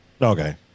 Okay